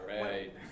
right